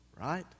right